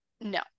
No